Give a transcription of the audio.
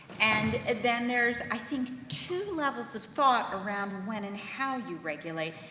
and then there's i think two levels of thought around when and how you regulate.